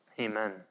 Amen